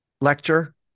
lecture